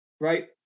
right